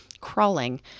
crawling